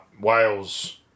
Wales